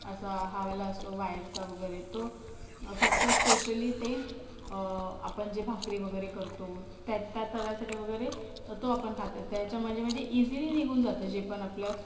असा हा वाला असतो वायरचा वगैरे तो फक्त स्पेशली ते आपण जे भाकरी वगैरे करतो त्या त्या तव्यासाठी वगैरे तो आपण काथ्या त्याच्यामध्ये म्हणजे इजिली निघून जातं जे पण आपल्या